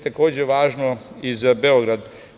Takođe je važno i za Beograd.